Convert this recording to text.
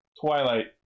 Twilight